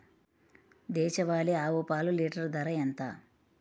దేశవాలీ ఆవు పాలు లీటరు ధర ఎంత?